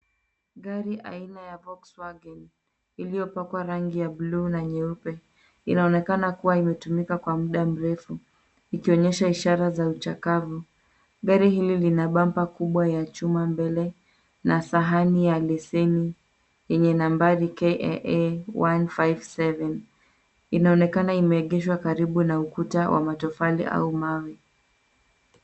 Gari aina aina ya Volkswagen, ilopakwa rangi ya buluu na nyeupe. Inaonekana kuwa imetumika kwa muda mrefu, ikionyesha ishara za uchakavu. Gari hili lina bampa kubwa ya chuma mbele na sahani ya leseni yenye nambari KAA 157. Inaonekana imeegeshwa karibu na ukuta wa matofali au mawe.